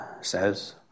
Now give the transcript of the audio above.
says